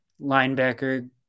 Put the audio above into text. linebacker